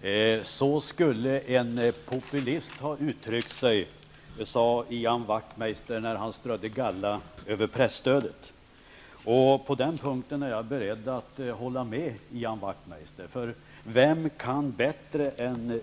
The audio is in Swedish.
Herr talman! Så skulle en populist ha uttryckt sig, sade Ian Wachtmeister när han strödde galla över presstödet. På den punkten är jag beredd att hålla med Ian Wachtmeister, för vem kan bättre än